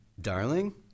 darling